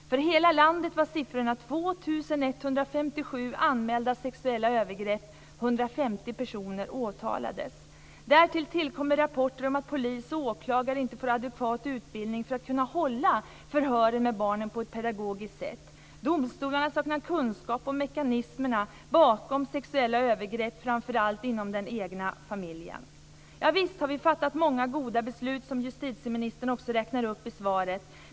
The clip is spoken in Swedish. För hela landet var siffrorna 2 157 anmälda sexuella övergrepp - 150 personer åtalades. Därtill kommer rapporter om att polis och åklagare inte får adekvat utbildning för att kunna hålla förhör med barn på ett pedagogiskt sätt. Domstolarna saknar kunskap om mekanismerna bakom sexuella övergrepp framför allt inom familjen. Javisst har vi fattat många goda beslut, som justitieministern också räknade upp i svaret.